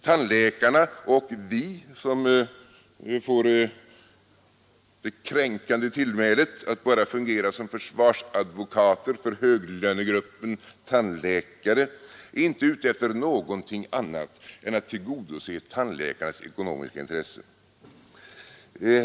Tandläkarna och vi, som får det kränkande tillmälet att bara fungera som försvarsadvokater för höglönegruppen tandläkare, är inte ute efter något annat än att tillgodose tandläkarnas ekonomiska intressen.